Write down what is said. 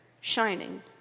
shining